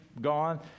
gone